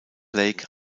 lake